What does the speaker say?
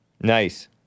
Nice